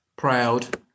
proud